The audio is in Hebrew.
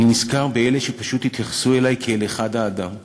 אני נזכר באלה שפשוט התייחסו אלי כאל אחד האדם,